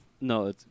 No